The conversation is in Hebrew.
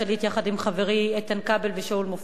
יחד עם חברי איתן כבל ושאול מופז.